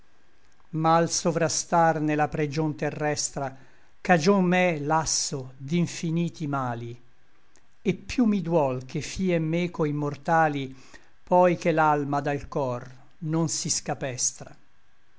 l sovrastar ne la pregion terrestra cagion m'è lasso d'infiniti mali et piú mi duol che fien meco immortali poi che l'alma dal cor non si scapestra